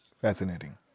Fascinating